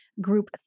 Group